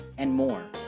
and more.